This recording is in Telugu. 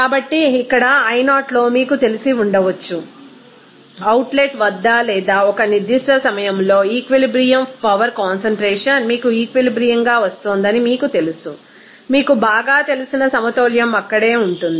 కాబట్టి ఇక్కడ i0 లో మీకు తెలిసి ఉండవచ్చు అవుట్లెట్ వద్ద లేదా ఒక నిర్దిష్ట సమయంలోఈక్విలిబ్రియమ్ పవర్ కాన్సన్ట్రేషన్ మీకు ఈక్విలిబ్రియమ్ గా వస్తోందని మీకు తెలుసు మీకు బాగా తెలిసిన సమతౌల్యం అక్కడే ఉంటుంది